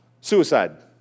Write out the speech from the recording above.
Suicide